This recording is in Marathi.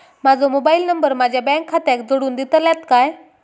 माजो मोबाईल नंबर माझ्या बँक खात्याक जोडून दितल्यात काय?